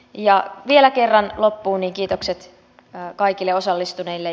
ja vielä kerran loppuun kiitokset kaikille osallistuneille